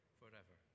forever